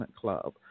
club